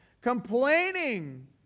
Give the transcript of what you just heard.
complaining